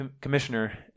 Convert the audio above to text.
commissioner